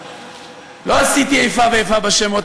לא עשיתי איפה ואיפה בשמות,